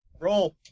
Roll